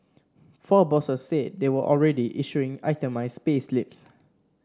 four bosses said they were already issuing itemised payslips